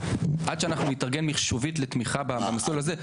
עד שאנחנו נתארגן מיחשובית לתמיכה במסלול הזה,